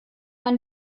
man